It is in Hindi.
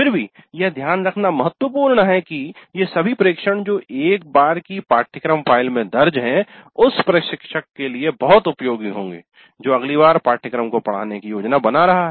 फिर भी यह ध्यान रखना महत्वपूर्ण है कि ये सभी प्रेक्षण जो एक प्रकार की पाठ्यक्रम फ़ाइल में दर्ज हैं उस प्रशिक्षक के लिए बहुत उपयोगी होंगे जो अगली बार पाठ्यक्रम को पढ़ाने की योजना बना रहा है